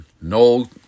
No